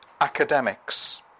academics